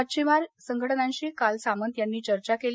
मच्छिमार संघटनांशी काल सामंत यांनी चर्चा केली